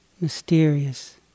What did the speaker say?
mysterious